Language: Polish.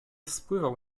spływał